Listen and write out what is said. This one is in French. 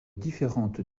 différentes